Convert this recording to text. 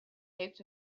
heeft